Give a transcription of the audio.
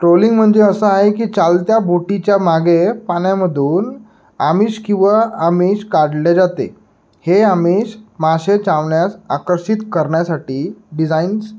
trawling म्हणजे असं आहे की चालत्या बोटीच्या मागे पाण्यामधून आमिष किंवा आमिष काढले जाते हे आमिष मासे चावण्यास आकर्षित करण्यासाठी डिझाईन्स